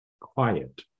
Quiet